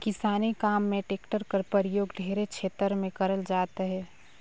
किसानी काम मे टेक्टर कर परियोग ढेरे छेतर मे करल जात अहे